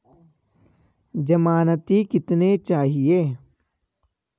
ज़मानती कितने चाहिये?